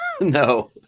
No